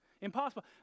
Impossible